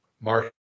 Mark